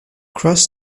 cross